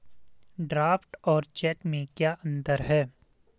Draft और check में क्या अंतर है?